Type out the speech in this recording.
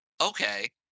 okay